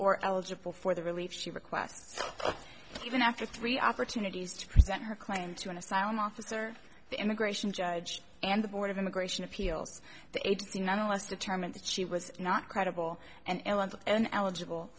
or eligible for the relief she requests even after three opportunities to present her claim to an asylum officer the immigration judge and the board of immigration appeals the agency nonetheless determined that she was not credible and went and eligible